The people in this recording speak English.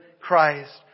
Christ